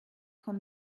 comme